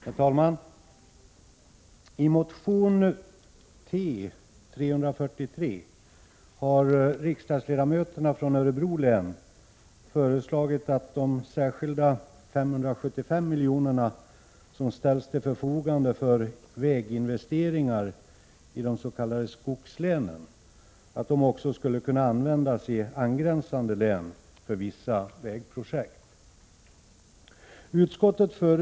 Herr talman! I motion T343 har riksdagsledamöterna från Örebro län föreslagit att de särskilda 575 miljoner som ställs till förfogande för väginvesteringar i de s.k. skogslänen också skall kunna användas till vissa vägprojekt i angränsande län.